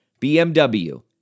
BMW